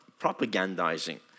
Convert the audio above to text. propagandizing